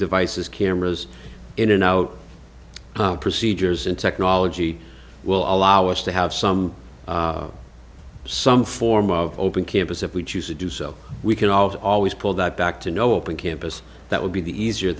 devices cameras in and out procedures and technology will allow us to have some some form of open campus if we choose to do so we can all always pull that back to no open campus that would be the easie